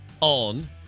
on